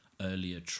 earlier